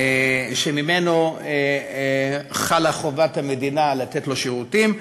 שממנו חלה חובת המדינה לתת לו שירותים,